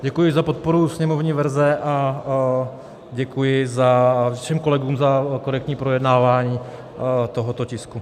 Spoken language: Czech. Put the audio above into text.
Děkuji za podporu sněmovní verze a děkuji všem kolegům za korektní projednávání tohoto tisku.